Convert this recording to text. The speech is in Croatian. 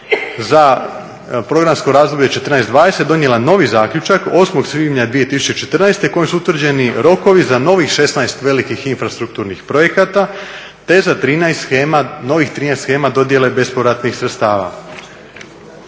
za programsko razdoblje 2014.-2020. donijela novi zaključak 8. svibnja 2014. kojim su utvrđeni rokovi za novih 16 velikih infrastrukturnih projekata te za novih 13 shema dodjela bespovratnih sredstava.